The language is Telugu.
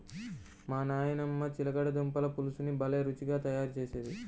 మా నాయనమ్మ చిలకడ దుంపల పులుసుని భలే రుచిగా తయారు చేసేది